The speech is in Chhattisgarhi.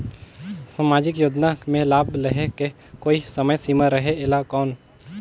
समाजिक योजना मे लाभ लहे के कोई समय सीमा रहे एला कौन?